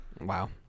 Wow